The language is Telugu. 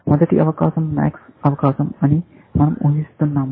మొదటి అవకాశం మాక్స్ అవకాశం అని మనం ఉహిస్తున్నాము